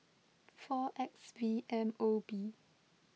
four X V M O B